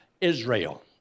Israel